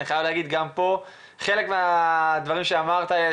אבל אני חייב להגיד גם פה שחלק מהאמירות שלך הן